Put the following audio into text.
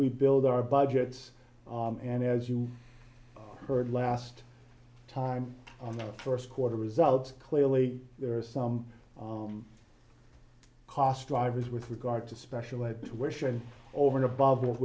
we build our budgets and as you heard last time on the first quarter results clearly there are some cost drivers with regard to special ed wish and over and above